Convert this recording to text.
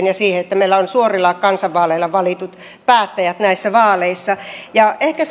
ja siihen että meillä on suorilla kansanvaaleilla valitut päättäjät näissä vaaleissa ja ehkä